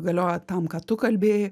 galioja tam ką tu kalbėjai